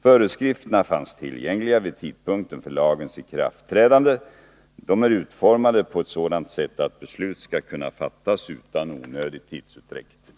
Föreskrifterna fanns tillgängliga vid tidpunkten för lagens ikraftträdande. De är utformade på ett sådant sätt att beslut skall kunna fattas utan onödig tidsutdräkt.